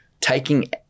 taking